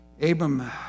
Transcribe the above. Abram